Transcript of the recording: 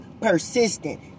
persistent